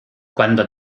cuando